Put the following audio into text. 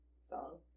song